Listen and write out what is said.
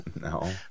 no